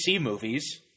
movies